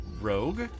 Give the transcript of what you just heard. rogue